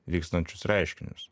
vykstančius reiškinius